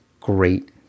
great